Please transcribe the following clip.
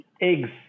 eggs